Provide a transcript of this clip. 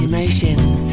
Emotions